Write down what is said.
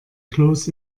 kloß